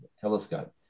telescope